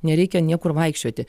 nereikia niekur vaikščioti